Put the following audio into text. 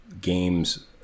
games